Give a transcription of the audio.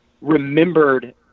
remembered